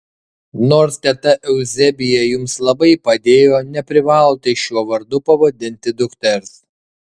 nors teta euzebija jums labai padėjo neprivalote šiuo vardu pavadinti dukters